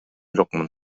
жокмун